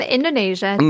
Indonesia